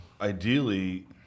Ideally